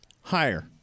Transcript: Higher